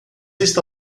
está